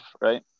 right